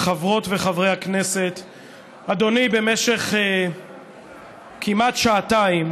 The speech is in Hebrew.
חברות וחברי הכנסת, אדוני, במשך כמעט שעתיים